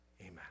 Amen